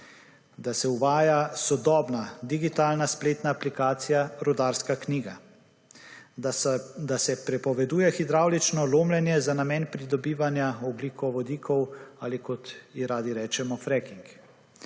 da se uvaja sodobna, digitalna spletna aplikacija Rudarska knjiga; da se prepoveduje hidravlično lomljenje za namen pridobivanja ogljikovodikov ali, kot radi rečemo, fracking.